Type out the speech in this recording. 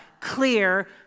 Clear